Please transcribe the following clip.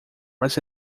was